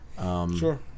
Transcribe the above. sure